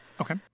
Okay